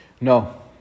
No